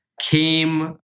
came